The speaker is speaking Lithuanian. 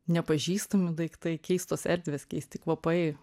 nepažįstami daiktai keistos erdvės keisti kvapai